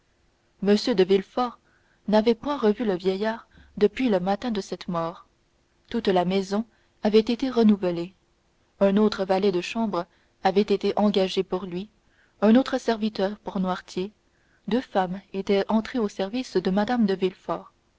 m de villefort n'avait point revu le vieillard depuis le matin de cette mort toute la maison avait été renouvelée un autre valet de chambre avait été engagé pour lui un autre serviteur pour noirtier deux femmes étaient entrées au service de mme de